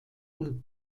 und